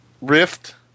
Rift